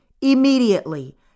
Immediately